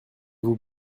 vous